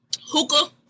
Hookah